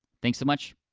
thanks so much,